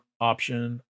option